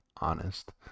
honest